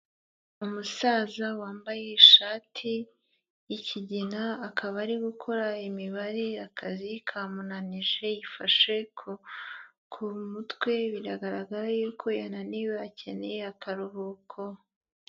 Umusaza wambaye ishati y'ikigina, akaba ari gukora imibare akazi kamunanije, yifashe ku mutwe, biragaragara ko yananiwe akeneye akaruhuko.